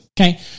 okay